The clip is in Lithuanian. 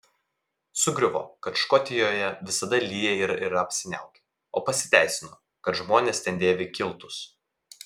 sugriuvo kad škotijoje visada lyja ir yra apsiniaukę o pasiteisino kad žmonės ten dėvi kiltus